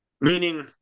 meaning